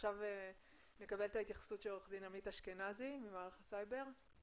נקבל את ההתייחסות של עורך דין עמית אשכנזי ממערך הסייבר.